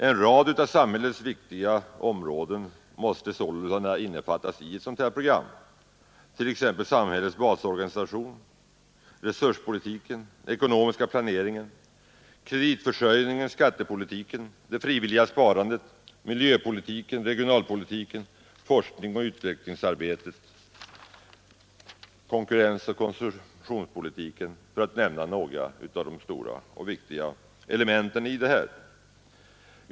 En rad av samhällets viktiga områden måste således innefattas i ett sådant program, t.ex. samhällets basorganisation, resurspolitiken, den ekonomiska planeringen, kraftförsörjningen, skattepolitiken, det frivilliga sparandet, miljöpolitiken, regionalpolitiken, forskningsoch utvecklingsarbetet, konkurrensoch konsumtionspolitiken, för att nämna några av de stora och viktiga elementen i detta sammanhang.